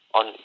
on